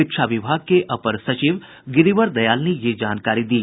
शिक्षा विभाग के अपर सचिव गिरिवर दयाल ने यह जानकारी दी